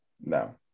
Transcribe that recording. no